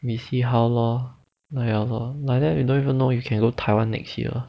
we see how lor like that we don't even know we can go taiwan next year